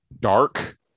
Dark